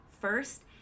first